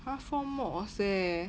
!huh! four mods eh